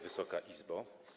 Wysoka Izbo!